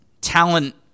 talent